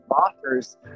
offers